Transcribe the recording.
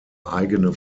eigene